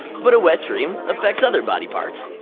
but a wet dream affects other body parts.